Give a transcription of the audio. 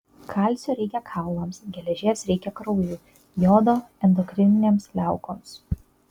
kalcio reikia kaulams geležies reikia kraujui jodo endokrininėms liaukoms